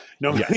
No